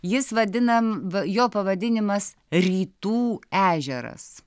jis vadinam va jo pavadinimas rytų ežeras